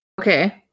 Okay